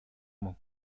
мөн